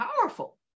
powerful